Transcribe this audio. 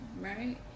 right